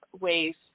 ways